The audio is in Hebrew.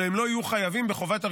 אבל הם לא יהיו חייבים בחובת הרישום,